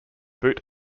boot